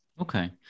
Okay